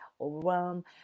overwhelm